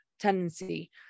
tendency